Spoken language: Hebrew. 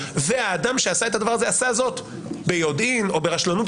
והאדם שעשה את הדבר הזה עשה זאת ביודעין או ברשלנות